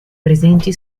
presenti